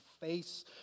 face